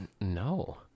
No